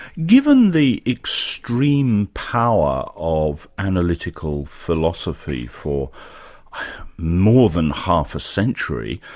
given the extreme power of analytical philosophy for more than half a century,